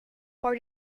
for